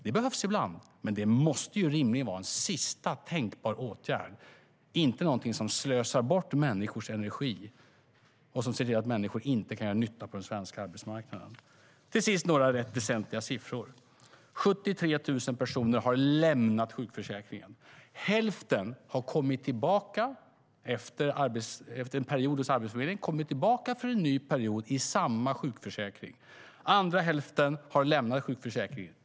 Det behövs ibland, men det måste rimligen vara en sista tänkbar åtgärd, inte någonting som slösar bort människors energi och ser till att människor inte kan göra nytta på den svenska arbetsmarknaden. Till sist några rätt väsentliga siffror: 73 000 personer har lämnat sjukförsäkringen. Hälften har efter en period hos Arbetsförmedlingen kommit tillbaka för en ny period i samma sjukförsäkring. Den andra hälften har lämnat sjukförsäkringen.